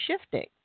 shifting